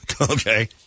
Okay